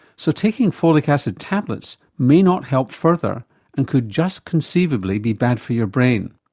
so taking folic acid tablets may not help further and could just conceivably be bad for your brain.